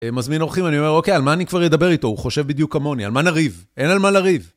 מזמין אורחים, אני אומר, אוקיי, על מה אני כבר אדבר איתו? הוא חושב בדיוק כמוני, על מה נריב? אין על מה לריב.